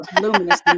luminous